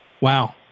Wow